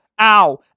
ow